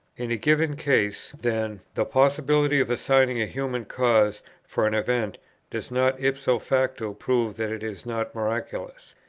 in a given case, then, the possibility of assigning a human cause for an event does not ipso facto prove that it is not miraculous.